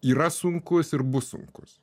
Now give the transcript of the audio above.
yra sunkus ir bus sunkus